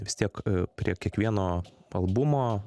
vis tiek prie kiekvieno albumo